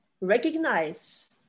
recognize